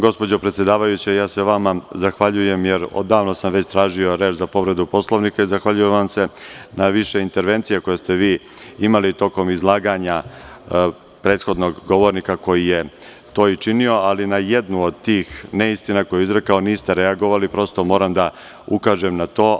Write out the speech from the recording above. Gospođo predsedavajuća, zahvaljujem se, jer sam odavno tražio reč po povredi Poslovnika i zahvaljujem se na više intervencija koje ste vi imali tokom izlaganja prethodnog govornika koji je to činio, ali na jednu od tih neistina koju je izrekao niste reagovali i moram da ukažem na to.